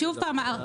שוב פעם,